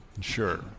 Sure